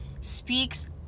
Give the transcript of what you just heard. speaks